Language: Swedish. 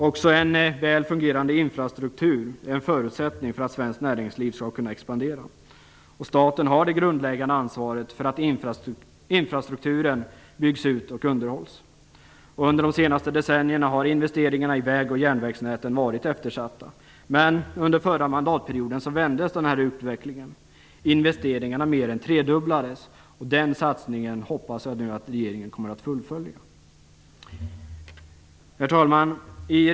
Också en väl fungerande infrastruktur är en förutsättning för att svenskt näringsliv skall kunna expandera. Staten har det grundläggande ansvaret för att infrastrukturen byggs ut och underhålls. Under de senaste decennierna har investeringarna i väg och järnvägsnäten varit eftersatta. Men under förra mandatperioden vändes utvecklingen - investeringarna mer än tredubblades. Denna satsning hoppas jag att regeringen nu kommer att fullfölja. Herr talman!